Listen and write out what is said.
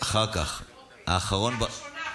חברי הכנסת,